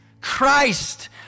Christ